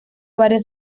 varios